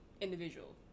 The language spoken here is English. individual